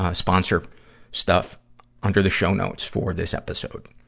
ah sponsor stuff under the show notes for this episode.